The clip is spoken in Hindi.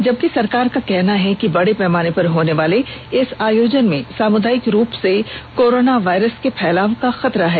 जबकि सरकार का कहना है कि बड़े पैमाने पर होने वाले इस आयोजन में सामुदायिक रूप से कोरोना वायरस के फैलने का खतरा है